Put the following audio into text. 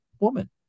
woman